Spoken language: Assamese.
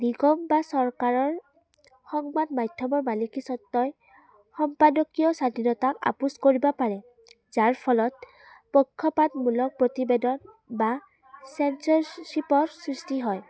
নিগম বা চৰকাৰৰ সংবাদ মাধ্যমৰ মালিকীস্ৱত্বই সম্পাদকীয় স্বাধীনতাক আপোচ কৰিব পাৰে যাৰ ফলত পক্ষপাতমূলক প্ৰতিবেদন বা চেঞ্চৰশ্বিপৰ সৃষ্টি হয়